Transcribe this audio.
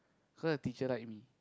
so the teacher like me